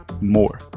more